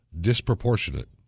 Disproportionate